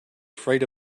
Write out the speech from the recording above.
afraid